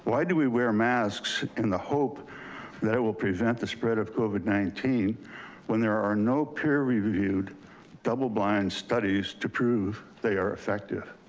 do we wear masks in the hope that it will prevent the spread of covid nineteen when there are no peer reviewed double blind studies to prove they are effective?